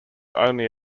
only